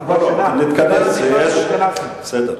ועוד לא התכנסנו, כבר שנה, בסדר.